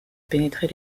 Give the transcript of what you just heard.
pénétrer